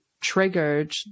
triggered